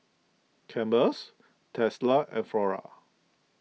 Campbell's Tesla and Flora